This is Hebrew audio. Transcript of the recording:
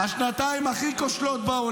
על מה קריאה ראשונה?